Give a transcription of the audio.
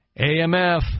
AMF